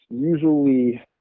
usually